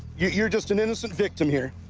you're just an innocent victim here?